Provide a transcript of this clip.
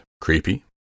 creepy